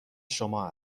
شما